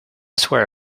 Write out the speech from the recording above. swear